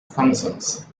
functions